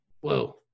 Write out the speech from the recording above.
Whoa